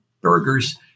burgers